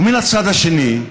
ומן הצד השני,